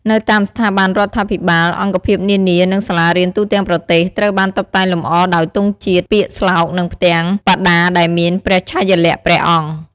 នៅតាមស្ថាប័នរដ្ឋាភិបាល អង្គភាពនានា និងសាលារៀនទូទាំងប្រទេស ត្រូវបានតុបតែងលម្អដោយទង់ជាតិ ពាក្យស្លោក និងផ្ទាំងបដាដែលមានព្រះឆាយាល័ក្ខណ៍ព្រះអង្គ។